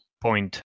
point